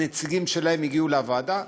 נציגים שלהם הגיעו לוועדה,